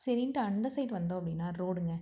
சரின்ட்டு அந்த சைடு வந்தோம் அப்படின்னா ரோடுங்க